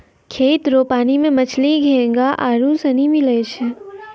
खेत रो पानी मे मछली, घोंघा आरु सनी मिलै छै